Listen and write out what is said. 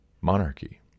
monarchy